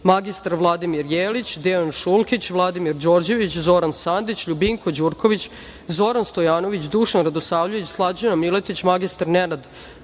mr Vladimir Jelić, Dejan Šulkić, Vladimir Đorđević, Zoran Sandić, Ljubinko Đurković, Zoran Stojanović, Dušan Radosavljević, Slađana Miletić, mr Nenad